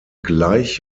gleich